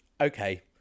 okay